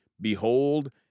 Behold